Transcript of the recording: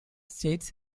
states